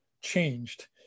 changed